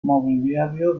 mobiliario